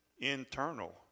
internal